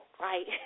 Right